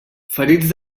ferits